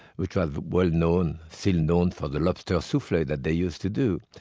which was well known, still known, for the lobster souffle that they used to do,